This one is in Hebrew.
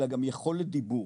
אלא גם יכולת דיבור,